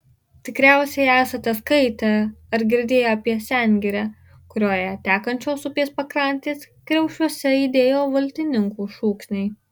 tikriausiai esate skaitę ar girdėję apie sengirę kurioje tekančios upės pakrantės kriaušiuose aidėjo valtininkų šūksniai